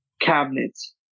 cabinets